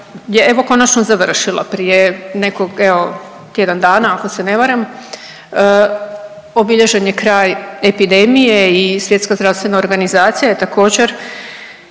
evo konačno završila, prije tjedan dana ako se ne varam, obilježen je kraj epidemije i Svjetska zdravstvena organizacija je također